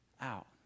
out